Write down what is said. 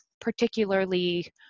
particularly